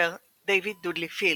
והסופר דויד דודלי פילד.